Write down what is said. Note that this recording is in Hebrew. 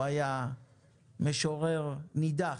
הוא היה משורר נידח.